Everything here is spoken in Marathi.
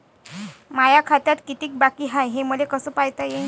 माया खात्यात कितीक बाकी हाय, हे मले कस पायता येईन?